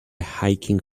hiking